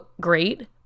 great